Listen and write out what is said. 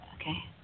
okay